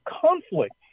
conflict